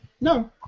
No